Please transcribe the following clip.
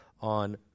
on